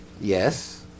Yes